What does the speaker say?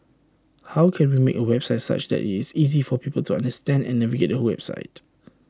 how can we make A website such that IT is easy for people to understand and navigate the website